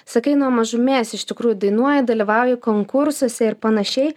sakai nuo mažumės iš tikrųjų dainuoji dalyvauji konkursuose ir panašiai